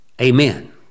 amen